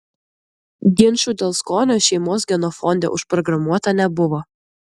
ginčų dėl skonio šeimos genofonde užprogramuota nebuvo